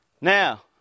Now